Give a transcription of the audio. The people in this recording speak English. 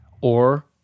or-